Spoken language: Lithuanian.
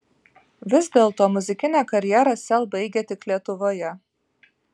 vis dėlto muzikinę karjerą sel baigia tik lietuvoje